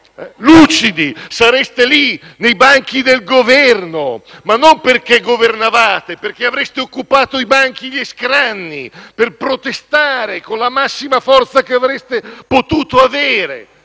Lucidi?), sareste lì nei banchi del Governo, non perché governavate, ma perché avreste occupato i banchi e gli scranni, per protestare con la massima forza che avreste potuto avere.